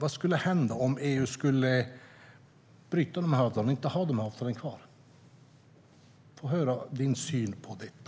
Vad skulle hända om EU skulle bryta avtalen och inte ha dem kvar? Kan jag få höra din syn på detta?